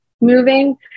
moving